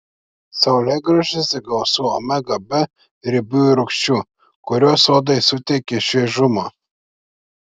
saulėgrąžose gausu omega b riebiųjų rūgščių kurios odai suteikia šviežumo